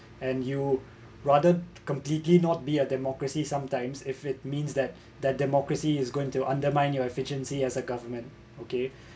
and you rather completely not be a democracy sometimes if it means that that democracy is going to undermine your efficiency as a government okay